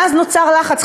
ואז נוצר לחץ,